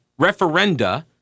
referenda